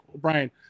Brian